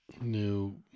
new